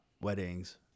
weddings